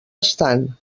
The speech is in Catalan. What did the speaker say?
estan